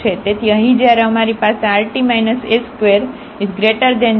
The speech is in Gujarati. તેથી અહીં જ્યારે અમારી પાસે આ rt s2 0 અને r 0 છે